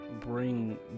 bring